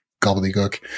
gobbledygook